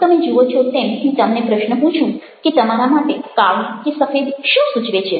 તમે જુઓ છો તેમ હું તમને પ્રશ્ન પૂછું કે તમારા માટે કાળું કે સફેદ શું સૂચવે છે